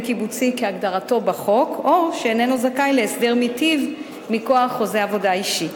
קיבוצי כהגדרתו בחוק או שאיננו זכאי להסדר מיטיב מכוח חוזה עבודה אישי.